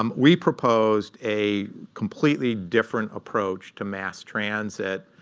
um we proposed a completely different approach to mass transit,